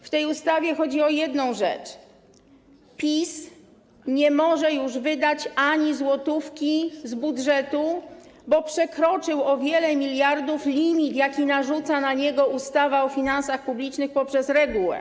W tej ustawie chodzi o jedną rzecz: PiS nie może już wydać ani złotówki z budżetu, bo przekroczył o wiele miliardów limit, jaki narzuca na niego ustawa o finansach publicznych poprzez regułę.